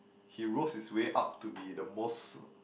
he rose his way up to be the most